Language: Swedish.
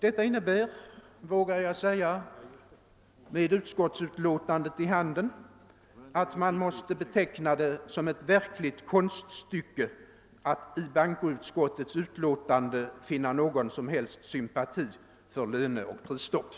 Detta innebär — det vågar jag säga med utlåtandet i min hand — att man måste beteckna det som ett verkligt konststycke att i bankoutskottets utlåtande finna någon som helst sympati för löneoch prisstopp.